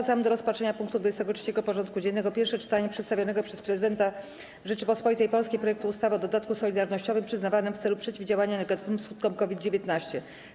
Powracamy do rozpatrzenia punktu 23. porządku dziennego: Pierwsze czytanie przedstawionego przez Prezydenta Rzeczypospolitej Polskiej projektu ustawy o dodatku solidarnościowym przyznawanym w celu przeciwdziałania negatywnym skutkom COVID-19.